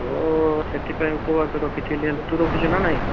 ତ ସେଥିପାଇଁ ଉପବାସ ରଖିଥିଲି ହେଲେ ତୁ ରଖିଛୁ ନା ନାହିଁ